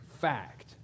fact